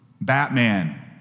Batman